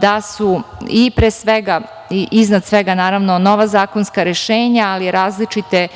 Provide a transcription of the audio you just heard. da su pre svega i iznad svega, naravno, nova zakonska rešenja, ali i različite